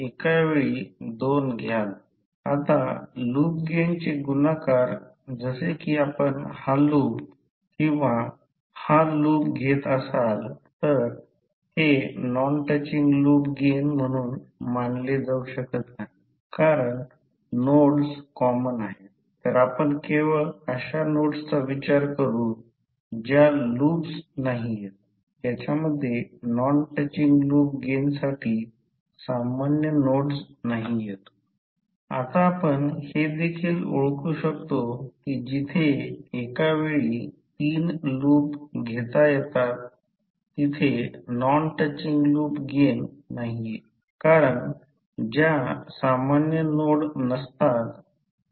आता mutual inductance आता जेव्हा दोन इंडक्टर किंवा कॉइल्स एकमेकांच्या जवळ आहेत नंतर सर्किट आकृतीमध्ये मॅग्नेटिक फ्लक्स पाहू एका कॉइलमधील करंटमुळे तयार झालेला मॅग्नेटिक फ्लक्स दुसर्या कॉइलशी जोडला जातो त्यामुळे नंतर तिथे व्होल्टेज तयार होते आणि याला मुच्युअल इंडक्टन्स म्हणून ओळखले जाते याचा अर्थ जेव्हा दोन इंडक्टर किंवा कॉइल्स एकमेकांच्या जवळ असतात तेव्हा एका कॉइलमधील करंटमुळे तयार झालेला मॅग्नेटिक फ्लक्स दुसर्या कॉइलशी जोडला जातो नंतर तिथे व्होल्टेज तयार होते या घटनेला मुच्युअल इंडक्टन्स म्हणून ओळखले जाते